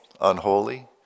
unholy